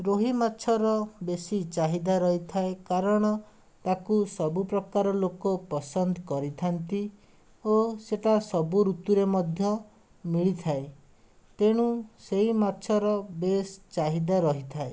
ରୋହି ମାଛର ବେଶୀ ଚାହିଦା ରହିଥାଏ କାରଣ ତାକୁ ସବୁ ପ୍ରକାର ଲୋକ ପସନ୍ଦ କରିଥାନ୍ତି ଓ ସେଟା ସବୁ ଋତୁରେ ମଧ୍ୟ ମିଳିଥାଏ ତେଣୁ ସେହି ମାଛର ବେଶ୍ ଚାହିଦା ରହିଥାଏ